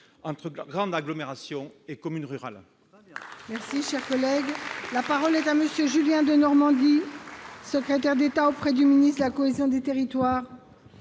entre grandes agglomérations et communes rurales